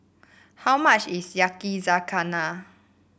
how much is Yakizakana